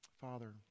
Father